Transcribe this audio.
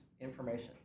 information